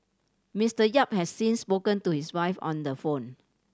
Mister Yap has since spoken to his wife on the phone